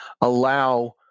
allow